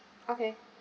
okay